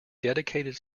dedicated